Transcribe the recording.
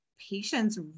patients